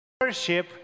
worship